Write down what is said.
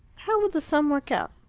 how would the sum work out?